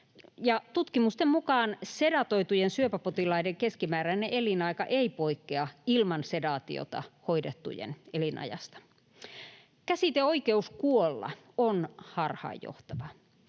Tutkimusten mukaan sedatoitujen syöpäpotilaiden keskimääräinen elinaika ei poikkea ilman sedaatiota hoidettujen elinajasta. Käsite ”oikeus kuolla” on harhaanjohtava.